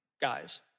guys